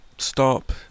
stop